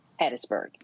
Hattiesburg